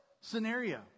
scenario